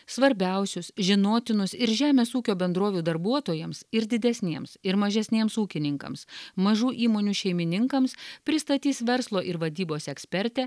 svarbiausius žinotinus ir žemės ūkio bendrovių darbuotojams ir didesniems ir mažesniems ūkininkams mažų įmonių šeimininkams pristatys verslo ir vadybos ekspertė